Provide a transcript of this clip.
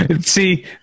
see